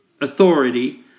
authority